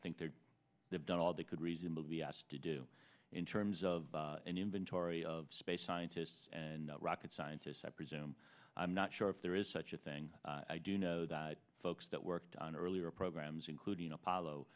think they've done all they could reasonable be asked to do in terms of an inventory of space scientists and rocket scientists i presume i'm not sure if there is such a thing i do know the folks that worked on earlier programs including apollo